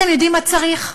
אתם יודעים מה צריך?